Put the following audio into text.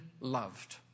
loved